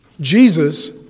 Jesus